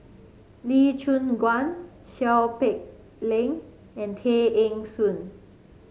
Lee Choon Guan Seow Peck Leng and Tay Eng Soon